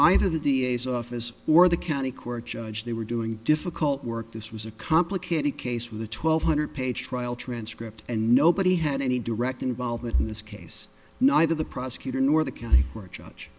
either the d a s office or the county court judge they were doing difficult work this was a complicated case with a twelve hundred page trial transcript and nobody had any direct involvement in this case neither the prosecutor nor the county